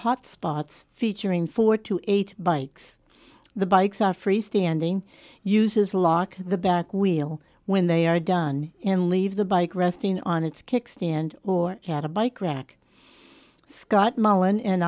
hot spots featuring four to eight bikes the bikes are freestanding uses lock the back wheel when they are done and leave the bike resting on its kickstand or had a bike rack scott mullen in